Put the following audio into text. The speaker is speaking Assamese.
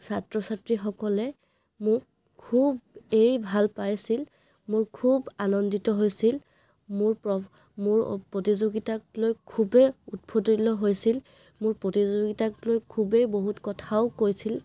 ছাত্ৰ ছাত্ৰীসকলে মোক খুবেই ভাল পাইছিল মোৰ খুব আনন্দিত হৈছিল মোৰ প মোৰ প্ৰতিযোগিতাক লৈ খুবেই উৎফুল্লিত হৈছিল মোৰ প্ৰতিযোগিতাকলৈ খুবেই বহুত কথাও কৈছিল